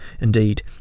indeed